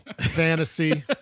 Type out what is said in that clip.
fantasy